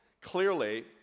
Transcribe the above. clearly